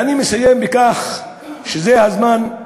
ואני מסיים בכך שזה הזמן,